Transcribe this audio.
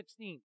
16